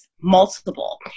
multiple